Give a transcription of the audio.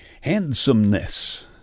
Handsomeness